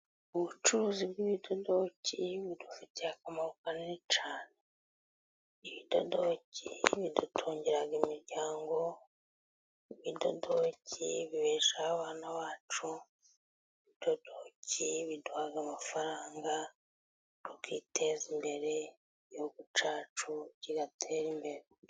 Ubucuruzi bw'imidudo budufitiye akamaro kanini cyane; ibidodoki bidutungiraga imiryango, ibidodoki bibeshaho abana bacu, ibidodoki biduhaga amafaranga tukiteza imbere, igicacu kigatera imbere.